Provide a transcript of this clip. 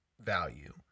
value